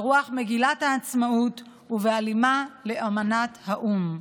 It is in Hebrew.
ברוח מגילת העצמאות ובהלימה לאמנת האו"ם.